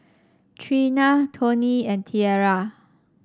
Treena Toney and Tierra